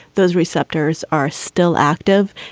those receptors are still active.